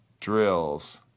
drills